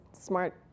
smart